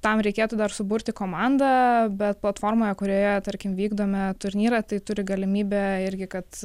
tam reikėtų dar suburti komandą bet platformoje kurioje tarkim vykdome turnyrą tai turi galimybę irgi kad